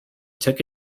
took